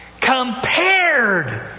compared